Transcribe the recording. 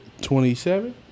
Twenty-seven